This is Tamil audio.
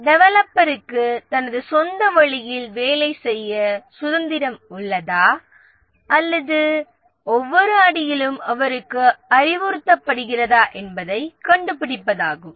டெவலப்பருக்கு தனது சொந்த வழியில் வேலை செய்ய சுதந்திரம் உள்ளதா அல்லது ஒவ்வொரு அடியிலும் அவருக்கு அறிவுறுத்தப்படுகிறதா என்பதைக் கண்டுபிடிப்பதாகும்